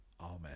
Amen